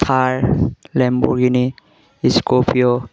Thar Lamborghini scorpio